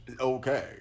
okay